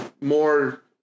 more